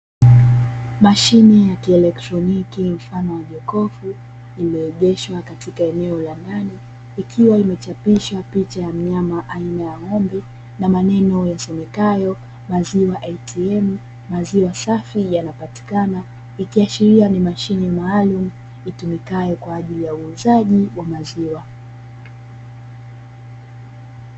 Mashine ya kielektroniki mfano wa jokofu imeegeshwa katika eneo la ndani, ikiwa imechapishwa picha ya mnyama aina ya ng'ombe na maneno yasomekayo maziwa "ATM" maziwa safi yanapatikana ikiashiria ni mashine maalumu itumikayo kwa ajili ya uuzaji wa maziwa.